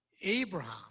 Abraham